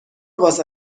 واسه